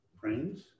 friends